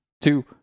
two